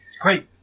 Great